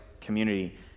community